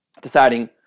deciding